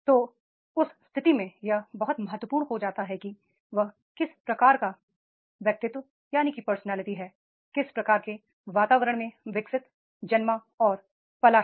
तो उस स्थिति में यह बहुत महत्वपूर्ण हो जाता है कि वह किस प्रकार का व्यक्तित्व पर्सनालिटी है किस प्रकार के वातावरण में विकसित जन्मा और पाला गया